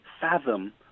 fathom